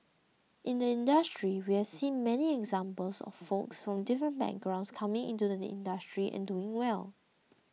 in the industry we've seen many examples of folks from different backgrounds coming into the industry and doing well